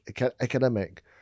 academic